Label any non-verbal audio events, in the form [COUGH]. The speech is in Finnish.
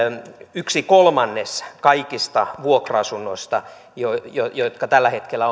yksi kolmannes kaikista niistä vuokra asunnoista jotka tällä hetkellä [UNINTELLIGIBLE]